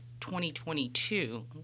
2022